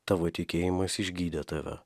tavo tikėjimas išgydė tave